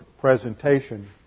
presentation